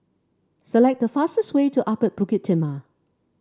select the fastest way to Upper Bukit Timah